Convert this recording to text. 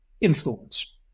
influence